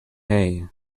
hay